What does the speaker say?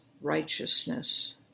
righteousness